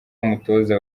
umutoza